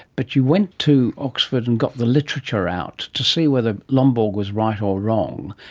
but you went to oxford and got the literature out to see whether lomborg was right or wrong,